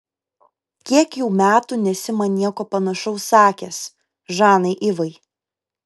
kiek jau metų nesi man nieko panašaus sakęs žanai ivai